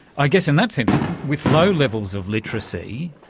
i guess in that sense with low levels of literacy,